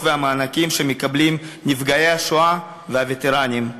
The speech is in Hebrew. והמענקים שמקבלים נפגעי השואה והווטרנים.